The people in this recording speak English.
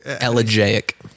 elegiac